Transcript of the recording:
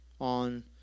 on